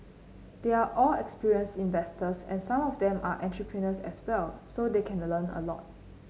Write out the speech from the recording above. they are all experienced investors and some of them are entrepreneurs as well so they can learn a lot